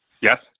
Yes